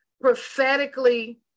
prophetically